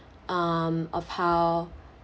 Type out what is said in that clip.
um of how